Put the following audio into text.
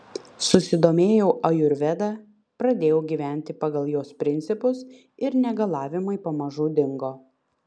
susidomėjau ajurveda pradėjau gyventi pagal jos principus ir negalavimai pamažu dingo